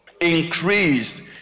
Increased